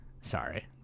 sorry